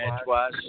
edgewise